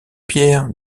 pierre